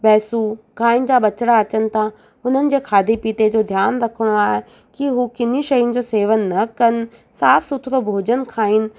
भैसूं गांयुनि जा ॿचिड़ा अचनि था हुननि जे खाधे पीते जो ध्यानु रखिणो आहे की हू किन्नी शयुनि जो सेवन न कनि साफ़ु सुथिरो भोजन खाइनि